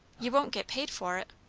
you won't get paid for it.